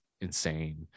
insane